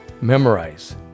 Memorize